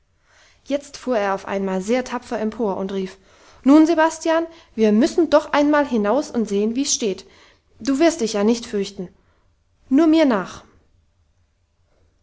jetzt fuhr er auf einmal sehr tapfer empor und rief nun sebastian wir müssen doch einmal hinaus und sehen wie's steht du wirst dich ja nicht fürchten nur mir nach